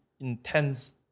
intense